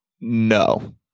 No